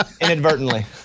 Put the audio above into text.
Inadvertently